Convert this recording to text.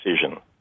decision